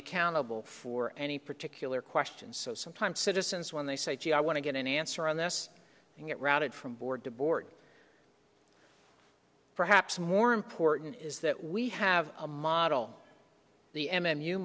accountable for any particular question so sometimes citizens when they say gee i want to get an answer on this and get routed from board to board perhaps more important is that we have a model the m